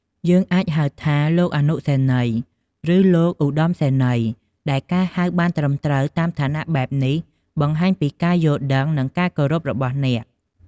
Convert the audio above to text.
យើងអាចហៅ "លោកអនុសេនីយ៍" ឬ "លោកឧត្តមសេនីយ៍" ដែលការហៅបានត្រឹមត្រូវតាមឋានៈបែបនេះ បង្ហាញពីការយល់ដឹង និង ការគោរពរបស់អ្នក។